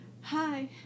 hi